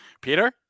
Peter